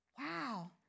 Wow